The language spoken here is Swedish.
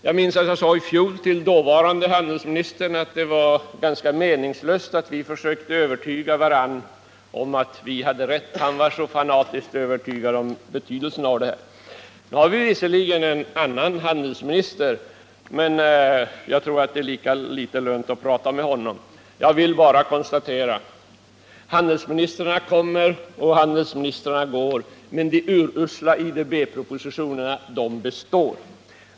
Jag sade i fjol till dåvarande handelsministern att det var ganska meningslöst att vi försökte övertyga varandra om att vi hade rätt. Han var så fanatiskt övertygad om betydelsen av detta. Nu har vi visserligen en annan handelsminister, men jag tror det är lika litet lönt att prata med honom. Jag konstaterar bara: Handelsministrar kommer och handelsministrar går, men de urusla IDB-propositionerna består.